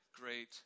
great